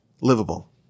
livable